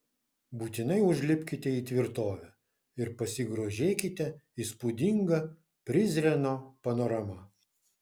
būtinai užlipkite į tvirtovę ir pasigrožėkite įspūdinga prizreno panorama